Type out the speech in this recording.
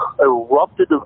erupted